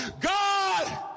God